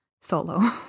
solo